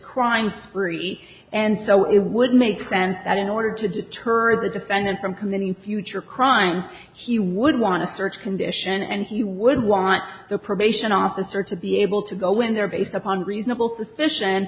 crime spree and so it would make sense that in order to deter the defendant from committing future crime he would want to search condition and he would want the probation officer to be able to go in there based upon reasonable suspicion